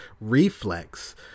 reflex